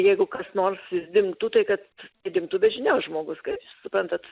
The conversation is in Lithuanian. jeigu kas nors dingtų tai kad nedingtų be žinios žmogus kai suprantat